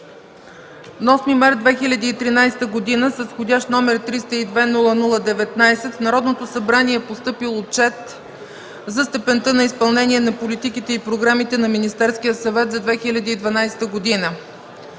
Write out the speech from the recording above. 8 март 2013 г. с входящ № 302-00-19 в Народното събрание е постъпил Отчет за степента на изпълнение на политиките и програмите на Министерския съвет за 2012 г.